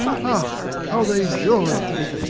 hark, how they joy!